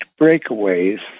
breakaways